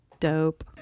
dope